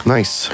Nice